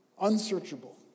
unsearchable